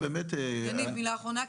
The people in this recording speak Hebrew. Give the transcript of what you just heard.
מילה אחרונה.